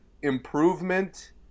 improvement